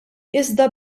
iżda